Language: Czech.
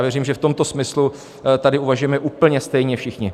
Věřím, že v tomto smyslu tady uvažujeme úplně stejně všichni.